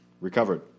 Recovered